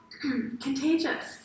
contagious